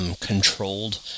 Controlled